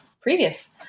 previous